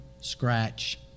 scratch